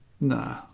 Nah